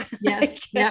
Yes